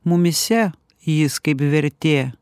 mumyse jis kaip vertė